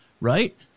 right